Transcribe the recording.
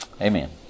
Amen